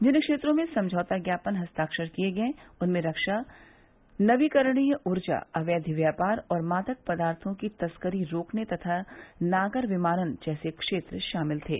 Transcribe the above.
जिन क्षेत्रों में समझौता ज्ञापन हस्ताक्षर किए गए उनमें रक्षा नवीकरणीय ऊर्जा अवैघ व्यापार और मादक पदार्थों की तस्करी रोकने तथा नागर विमानन जैसे क्षेत्र शामिल थे